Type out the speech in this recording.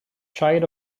child